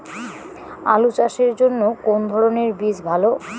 আলু চাষের জন্য কোন ধরণের বীজ ভালো?